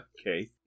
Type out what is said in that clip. Okay